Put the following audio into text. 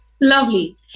Lovely